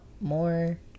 more